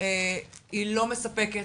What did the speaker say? היא לא מספקת,